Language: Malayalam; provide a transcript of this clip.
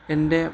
എൻ്റെ